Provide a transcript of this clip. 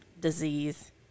disease